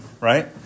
right